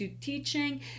teaching